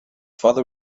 father